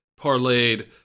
parlayed